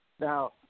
Now